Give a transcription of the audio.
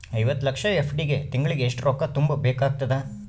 ಐವತ್ತು ಲಕ್ಷ ಎಫ್.ಡಿ ಗೆ ತಿಂಗಳಿಗೆ ಎಷ್ಟು ರೊಕ್ಕ ತುಂಬಾ ಬೇಕಾಗತದ?